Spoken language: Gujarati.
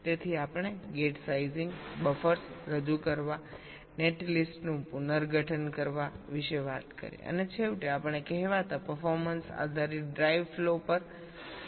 તેથી આપણે ગેટ સાઇઝિંગ બફર્સ રજૂ કરવા નેટલિસ્ટ્સનું પુનર્ગઠન કરવા વિશે વાત કરી અને છેવટે આપણે કહેવાતા પરફોર્મન્સ આધારિત ડ્રાઇવ ફ્લો પર જોયું